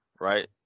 right